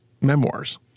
memoirs